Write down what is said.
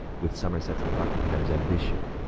with somersets and buckinghams ambition,